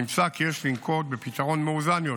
נמצא כי יש לנקוט בפתרון מאוזן יותר,